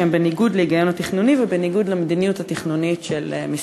שהן בניגוד להיגיון התכנוני ובניגוד למדיניות התכנונית של משרדך?